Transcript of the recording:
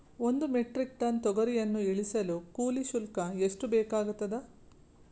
ಒಂದು metric ton ತೊಗರಿಯನ್ನು ಇಳಿಸಲು ಕೂಲಿ ಶುಲ್ಕ ಎಷ್ಟು ಬೇಕಾಗತದಾ?